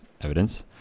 evidence